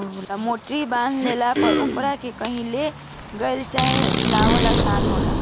मोटरी बांध लेला पर ओकरा के कही ले गईल चाहे ले आवल आसान होला